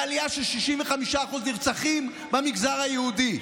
ועלייה של 65% נרצחים במגזר היהודי.